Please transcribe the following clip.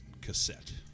cassette